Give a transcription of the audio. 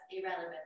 irrelevant